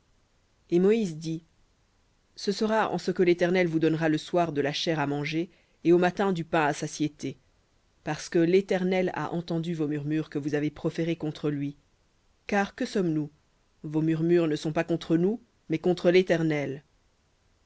et moïse dit en ce que l'éternel vous donnera le soir de la chair à manger et au matin du pain à satiété parce que l'éternel a entendu vos murmures que vous avez proférés contre lui car que sommes-nous vos murmures ne sont pas contre nous mais contre l'éternel